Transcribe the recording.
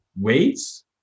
weights